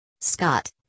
Scott